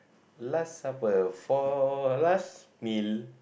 last supper for last meal